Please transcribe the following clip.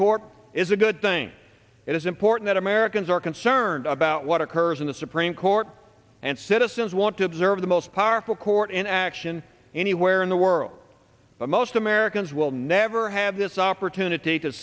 court is a good thing it is important americans are concerned about what occurs in the supreme court and citizens want to observe the most powerful court in action anywhere in the world but most americans will never have this opportunity to